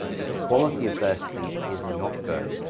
the quality of their sleep is not good.